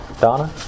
Donna